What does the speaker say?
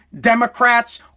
Democrats